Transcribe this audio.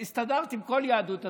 הסתדרת עם כל יהדות התורה,